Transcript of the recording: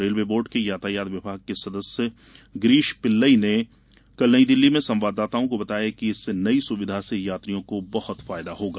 railway board के यातायात विभाग के सदस्य गिरीष पिल्लई ने नई दिल्ली में संवाददाताओं को बताया कि इस नई सुविधा से यात्रियों को बहुत फायदा होगा